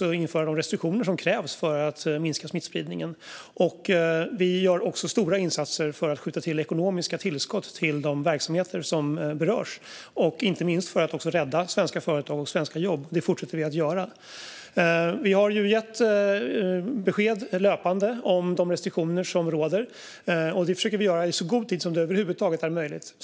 och införa de restriktioner som krävs för att minska smittspridningen. Vi gör också stora insatser för att göra ekonomiska tillskott till de verksamheter som berörs. Det görs inte minst för att rädda svenska företag och jobb. Vi fortsätter att göra så. Vi har löpande gett besked om de restriktioner som råder. Det försöker vi göra i så god tid som det över huvud taget är möjligt.